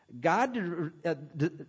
God